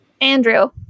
Andrew